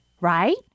right